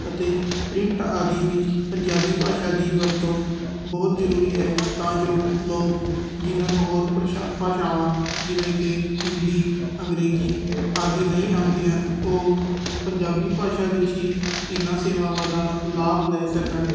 ਅਤੇ ਪ੍ਰਿੰਟ ਆਦਿ ਵਿੱਚ ਪੰਜਾਬੀ ਭਾਸ਼ਾ ਦੀ ਵਰਤੋਂ ਬਹੁਤ ਜ਼ਰੂਰੀ ਹੈ ਤਾਂ ਜੋ ਲੋਕ ਜਿਨ੍ਹਾਂ ਨੂੰ ਹੋਰ ਭਰਸ਼ਾ ਭਾਸ਼ਾਵਾਂ ਜਿਵੇਂ ਕਿ ਹਿੰਦੀ ਅੰਗਰੇਜ਼ੀ ਆਦਿ ਨਹੀਂ ਆਉਂਦੀਆਂ ਉਹ ਪੰਜਾਬੀ ਭਾਸ਼ਾ ਵਿੱਚ ਹੀ ਇਨ੍ਹਾਂ ਸੇਵਾਵਾਂ ਦਾ ਲਾਭ ਲੈ ਸਕਣ